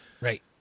Right